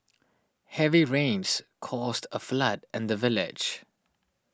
heavy rains caused a flood in the village